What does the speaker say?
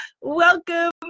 welcome